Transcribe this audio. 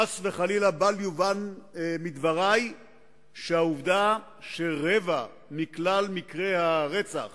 חס וחלילה בל יובן מדברי שהעובדה שרבע מכלל מקרי הרצח